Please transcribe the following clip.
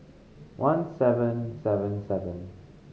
one seven seven seven